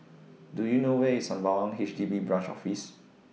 Do YOU know Where IS Sembawang H D B Branch Office